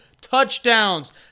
touchdowns